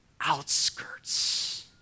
outskirts